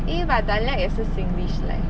eh but dialect 也是 singlish leh